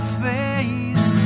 face